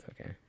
Okay